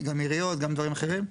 -- גם עיריות, גם דברים אחרים.